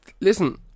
Listen